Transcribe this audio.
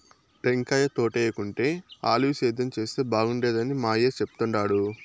టెంకాయ తోటేయేకుండా ఆలివ్ సేద్యం చేస్తే బాగుండేదని మా అయ్య చెప్తుండాడు